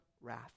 wrath